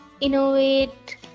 Innovate